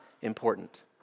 important